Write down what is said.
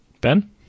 Ben